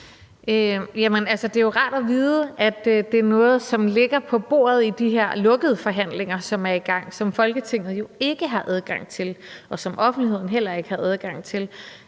Det er jo rart at vide, at det er noget, som ligger på bordet i de her lukkede forhandlinger, som er i gang, som Folketinget jo ikke har adgang til, og som offentligheden heller ikke har adgang til.